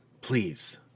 Please